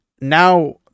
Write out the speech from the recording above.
Now